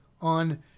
on